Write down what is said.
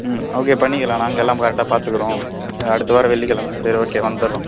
ம் ஓகே பண்ணிக்கலாம் நாங்கள் எல்லாம் ப கரெக்டாக பார்த்துக்கறோம் அடுத்த வாரம் வெள்ளிக்கிழமை சரி ஓகே வந்துடறோம்